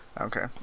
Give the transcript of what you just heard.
Okay